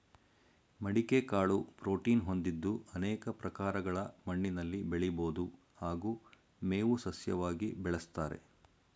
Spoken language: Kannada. ಮಡಿಕೆ ಕಾಳು ಪ್ರೋಟೀನ್ ಹೊಂದಿದ್ದು ಅನೇಕ ಪ್ರಕಾರಗಳ ಮಣ್ಣಿನಲ್ಲಿ ಬೆಳಿಬೋದು ಹಾಗೂ ಮೇವು ಸಸ್ಯವಾಗಿ ಬೆಳೆಸ್ತಾರೆ